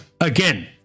again